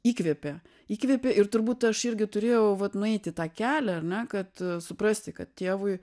įkvėpė įkvėpė ir turbūt aš irgi turėjau vat nueiti tą kelią ar ne kad suprasti kad tėvui